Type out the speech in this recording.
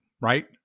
right